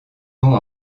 ont